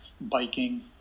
biking